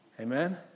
Amen